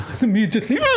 Immediately